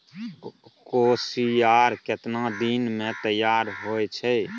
कोसियार केतना दिन मे तैयार हौय छै?